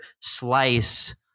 slice